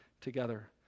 together